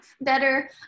better